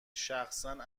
شخصا